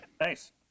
Nice